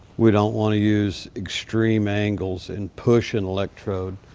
we don't wanna use extreme angles and push an electrode.